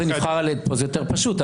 זה יותר פשוט.